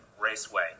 Raceway